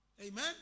Amen